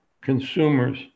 consumers